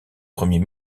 premier